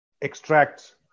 extracts